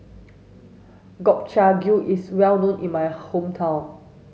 Gobchang Gui is well known in my hometown